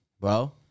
bro